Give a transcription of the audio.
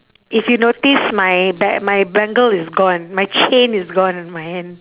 if you notice my ba~ my bangle is gone my chain is gone on my hand